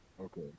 Okay